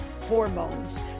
hormones